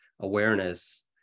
awareness